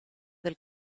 del